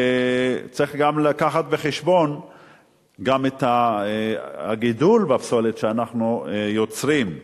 צריך לקחת בחשבון גם את הגידול בפסולת שאנחנו יוצרים,